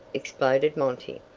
exploded monty.